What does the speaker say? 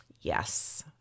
Yes